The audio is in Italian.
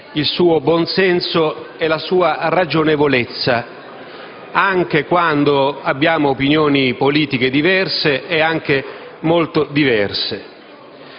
il suo buon senso e la sua ragionevolezza, anche quando abbiamo opinioni politiche diverse e anche molto diverse.